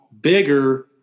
bigger